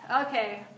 Okay